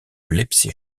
leipzig